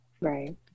Right